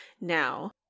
now